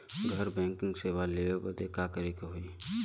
घर बैकिंग सेवा लेवे बदे का करे के होई?